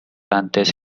antes